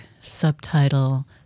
subtitle